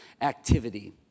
activity